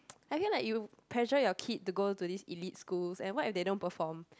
I can't like you pressure your kid to go to this elite school and what if they don't perform